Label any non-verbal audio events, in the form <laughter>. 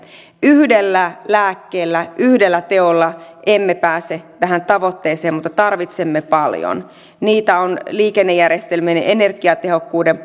yhdellä lääkkeellä yhdellä teolla emme pääse tähän tavoitteeseen mutta tarvitsemme paljon niitä ovat liikennejärjestelmien energiatehokkuuden <unintelligible>